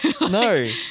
No